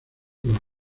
los